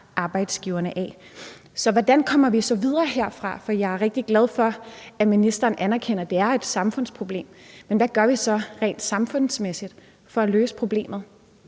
arbejdsgivernes side. Så hvordan kommer vi så videre herfra? For jeg er rigtig glad for, at ministeren anerkender, at det er et samfundsproblem, men hvad gør vi så rent samfundsmæssigt for at løse problemet?